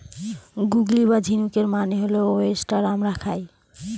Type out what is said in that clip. গুগলি বা ঝিনুকের মানে হল ওয়েস্টার আমরা খাই